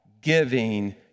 giving